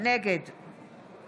נגד